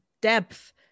depth